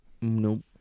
Nope